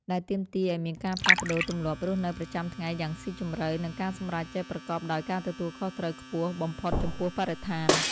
ដែលទាមទារឱ្យមានការផ្លាស់ប្តូរទម្លាប់រស់នៅប្រចាំថ្ងៃយ៉ាងស៊ីជម្រៅ និងការសម្រេចចិត្តប្រកបដោយការទទួលខុសត្រូវខ្ពស់បំផុតចំពោះបរិស្ថាន។